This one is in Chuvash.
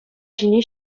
ҫине